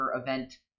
event